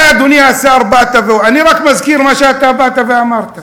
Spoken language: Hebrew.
אתה, אדוני השר, באת, אני רק מזכיר מה שבאת ואמרת,